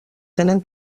tenen